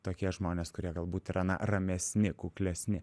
tokie žmonės kurie galbūt yra na ramesni kuklesni